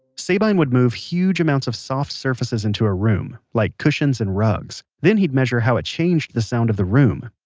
sabine would move huge amounts of soft surfaces into a room, like cushions and rugs. then, he'd measure how it changed the sound of the room.